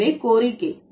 எனவே கோரிக்கை